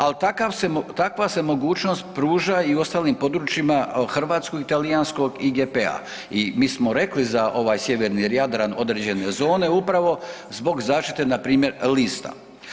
Ali takva se mogućnost pruža i ostalim područjima hrvatskog i talijanskog IGP-a i mi smo rekli za ovaj sjeverni Jadran određene zone upravo zbog zaštite npr. lista.